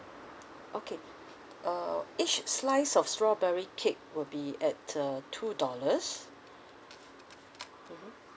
okay uh each slice of strawberry cake will be at uh two dollars